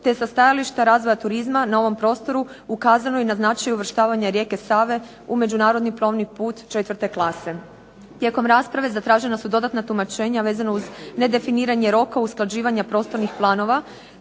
te sa stajališta razvoja turizma na ovom prostoru ukazano je i na značaj uvrštavanja rijeke Save u međunarodni plovni put četvrte klase. Tijekom rasprave zatražena su dodatna tumačenja vezano uz nedefiniranje roka, usklađivanja prostornih planova